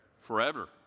forever